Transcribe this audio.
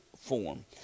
form